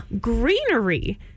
greenery